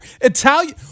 Italian